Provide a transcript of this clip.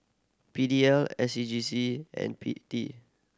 P D L S C G C and P T